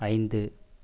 ஐந்து